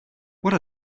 what